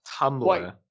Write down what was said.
Tumblr